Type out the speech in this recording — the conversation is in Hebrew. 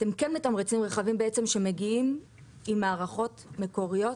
אתם כן מתמרצים רכבים שמגיעים עם מערכות מקוריות,